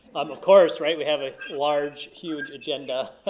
of course, right, we have a large, huge agenda.